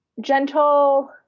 gentle